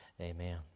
amen